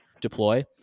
deploy